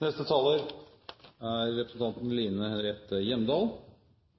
Olje- og gassvirksomheten på norsk sokkel er en bærebjelke i